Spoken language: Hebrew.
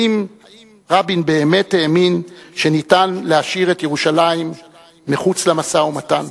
האם רבין באמת האמין שניתן להשאיר את ירושלים מחוץ למשא-ומתן?